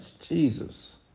Jesus